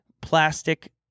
plastic